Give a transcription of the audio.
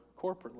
corporately